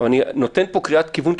אני נותן פה קריאת כיוון,